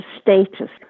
status